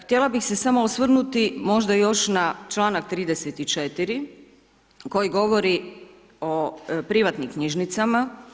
Htjela bih se samo osvrnuti možda još na članak 34. koji govori o privatnim knjižnicama.